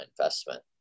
investment